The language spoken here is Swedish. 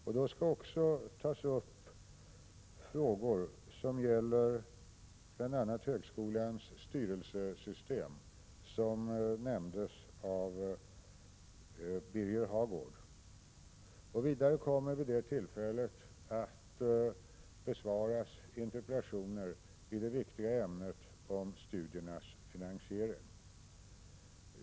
Då skall också tas upp frågor som gäller bl.a. högskolans styrelsesystem, som nämndes av Birger Hagård. Vidare kommer vid det tillfället att besvaras interpellationer i det viktiga ämnet studiernas finansiering.